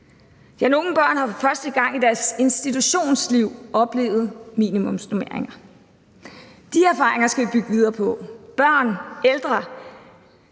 ja, nogle børn har for første gang i deres institutionsliv oplevet minimumsnormeringer. De erfaringer skal vi bygge videre på – børn, ældre,